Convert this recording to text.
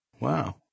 Wow